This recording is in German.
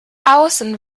außen